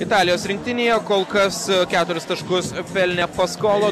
italijos rinktinėje kol kas su keturis taškus pelnė paskolo